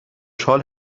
خوشحال